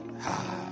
high